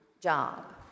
job